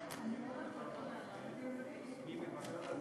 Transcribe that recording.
להופיע,